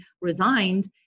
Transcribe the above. resigned